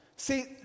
See